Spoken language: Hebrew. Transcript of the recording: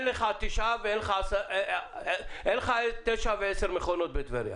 אין לך תשע או עשר מכונות בטבריה.